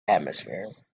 atmosphere